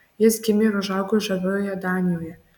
jis gimė ir užaugo žaviojoje danijoje